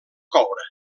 coure